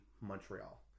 Montreal